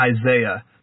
Isaiah